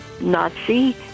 Nazi